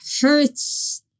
hurts